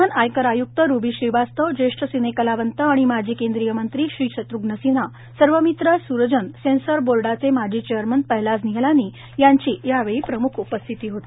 प्रधान आयकर आयुक्त रुबी श्रीवास्तव ज्येष्ठ सिनेकलावंत आणि माजी केंद्रीमंत्री शत्र्घ्न सिन्हा सर्वमित्रा सूरजन सेन्सर बोर्डाचे माजी चेअरमन पहलाज निहलानी यांची प्रमुख उपस्थिती होती